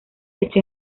hecho